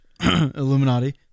Illuminati